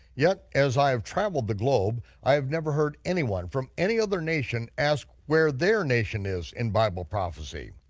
yet as i have traveled the globe, i've never heard anyone from any other nation ask where their nation is in bible prophecy.